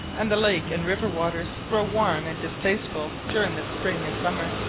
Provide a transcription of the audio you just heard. and the lake and river-waters grow warm and distasteful during the spring and summer.